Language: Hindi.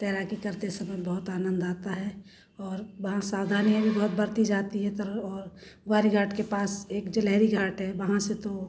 तैराकी करते समय बहुत आनंद आता है और वहाँ सावधानियाँ भी बहुत बरती जाती हैं और ग्वारीघाट के पास एक जिलहरी घाट है वहाँ से तो